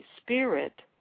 spirit